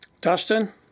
Dustin